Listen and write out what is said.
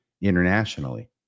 internationally